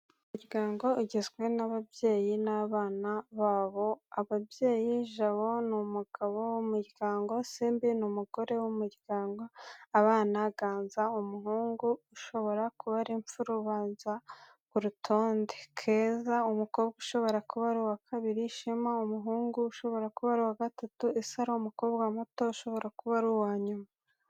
Umuryango ugizwe n’ababyeyi n’abana babo Ababyeyi : Jabo: Ni umugabo w'umuryango. Simbi: Ni umugore w'umuryango. Abana : Ganza: Umuhungu, ushobora kuba ari imfura ubanza ku rutonde. Keza: Umukobwa, ushobora kuba ari uwa kabiri. Shema: Umuhungu, ushobora kuba ari uwa gatatu. Isaro: Umukobwa muto, ushobora kuba ari uwa nyuma.